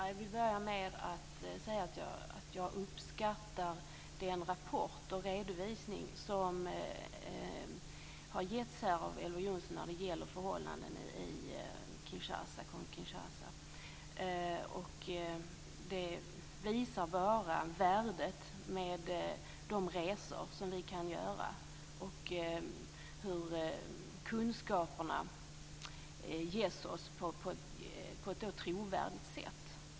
Herr talman! Jag vill börja med att säga att jag uppskattar den rapport och redovisning som har getts här av Elver Jonsson när det gäller förhållandena i Kongo-Kinshasa. Det visar bara värdet av de resor som vi kan göra, och hur kunskaperna ges oss på ett trovärdigt sätt.